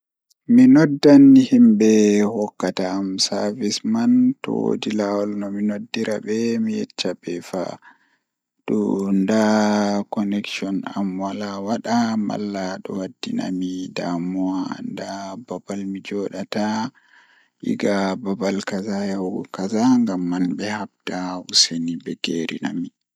Mi noddan himbe hokkata am savis man to woodi laawol no mi yeccirta be mi yecca be dow nda conneshion am wala wada malladon waddinami damuwa nda babal mi joodata egaa babal kaza yahuki babal kaza ngamman be habda useni be geerinami.